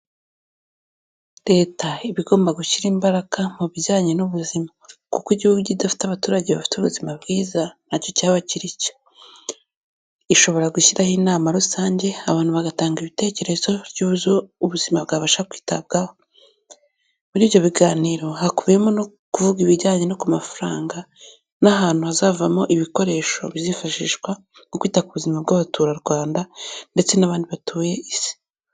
Leta iba igomba gushyira imbaraga mu bijyanye n'ubuzima, kuko igihugu kidafite abaturage bafite ubuzima bwiza, ntacyo cyaba kiricyo, ishobora gushyiraho inama rusange abantu bagatanga ibitekerezo by'uburyo ubuzima bwabasha kwitabwaho, muri ibyo biganiro hakubiyemo no kuvuga ibijyanye no ku mafaranga, n'ahantu hazavamo ibikoresho bizifashishwa mukwita ku buzima bw'abaturarwanda ndetse n'abandi batuye Isi.